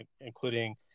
including